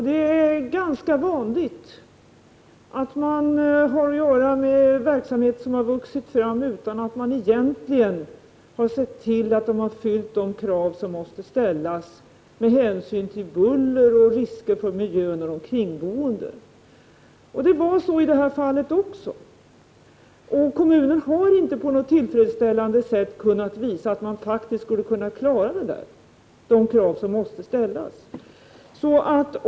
Det är ganska vanligt att man har att göra med verksamheter som har vuxit fram utan att samhället egentligen har sett till att verksamheterna har fyllt de krav som måste ställas med hänsyn till buller och risker för miljön och de kringboende. Det var likadant i detta fall också. Kommunen har inte på tillfredsställande sätt kunnat visa att den faktiskt skulle kunna klara de krav som måste ställas på verksamheten.